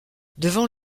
devant